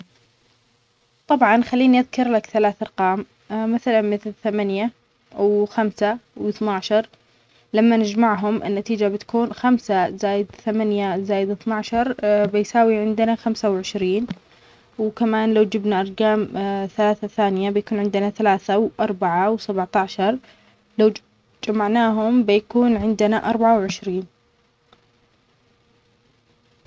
طبعاً خليني أذكر لك ثلاثة أرقام مثلاً مثل ثمانية و خمسة واتناشر. لما نجمعهم النتيجة بتكون خمسة زائد ثمانية زائد اتناشر بيساوي عندنا خمسة وعشرين. وكمان لو جبنا أرقام ثلاثة ثانية بيكون عندنا ثلاثة وأربعة وسبعتاشر. لو جم-جمعناهم بيكون عندنا أربعة وعشرين.